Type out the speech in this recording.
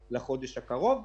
הטיפול השוטף,